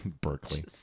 Berkeley